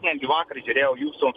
netgi vakar žiūrėjau jūsų